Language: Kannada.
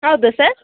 ಹೌದಾ ಸರ್